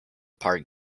park